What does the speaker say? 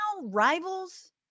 rivals